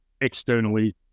externally